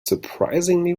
surprisingly